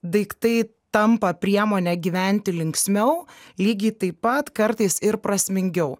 daiktai tampa priemone gyventi linksmiau lygiai taip pat kartais ir prasmingiau